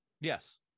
Yes